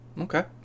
okay